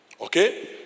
Okay